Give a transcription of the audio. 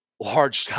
Large